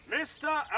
Mr